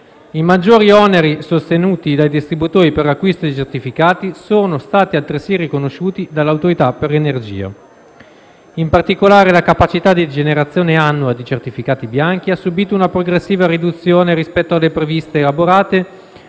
I maggiori oneri sostenuti dai distributori per l'acquisto dei certificati sono stati altresì riconosciuti dall'Autorità per l'energia. In particolare, la capacità di generazione annua di certificati bianchi ha subìto una progressiva riduzione rispetto alle previsioni elaborate